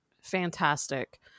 fantastic